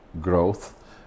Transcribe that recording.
growth